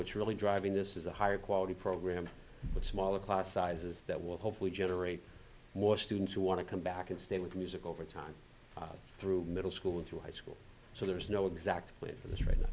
quotes really driving this is a higher quality program with smaller class sizes that will hopefully generate more students who want to come back and stay with music over time through middle school through high school so there is no exact way for this right now